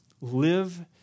live